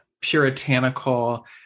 puritanical